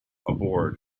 aboard